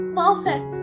perfect